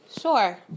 Sure